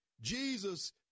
Jesus